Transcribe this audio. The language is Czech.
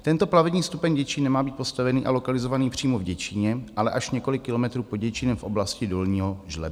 Tento plavební stupeň Děčín nemá být postavený a lokalizovaný přímo v Děčíně, ale až několik kilometrů pod Děčínem v oblasti Dolního Žlebu.